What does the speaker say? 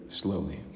slowly